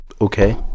okay